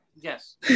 yes